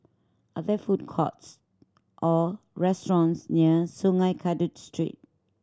are there food courts or restaurants near Sungei Kadut Street